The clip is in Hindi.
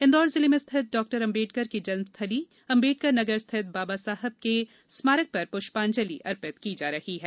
इंदौर जिले में स्थित डाक्टर अंबेडकर की जन्मस्थली अंबेडकर नगर स्थित बाबा साहब के स्मारक पर पुष्पांजलि अर्पित की जा रही है